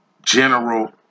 General